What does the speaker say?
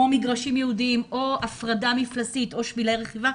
כמו מגרשים ייעודים או הפרדה מפלסית או שבילי רכיבה,